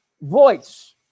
voice